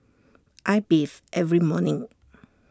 I bathe every morning